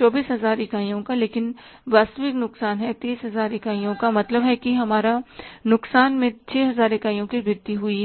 24000 इकाइयों का लेकिन वास्तविक नुकसान है 30000 इकाइयों का मतलब है कि हमारा नुकसान में 6000 इकाइयों की वृद्धि हुई है